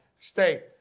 state